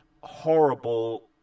horrible